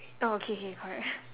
oh K K correct ah